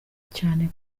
cyane